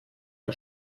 der